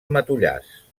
matollars